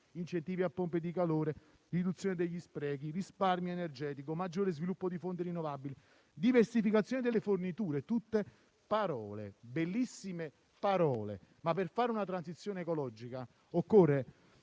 Incentivi a pompe di calore, riduzione degli sprechi, risparmio energetico, maggiore sviluppo delle fonti rinnovabili e diversificazione delle forniture: tutte parole, bellissime parole. Per fare una transizione ecologica, però,